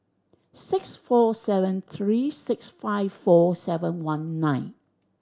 six four seven three six five four seven one nine